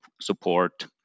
support